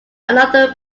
another